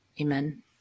Amen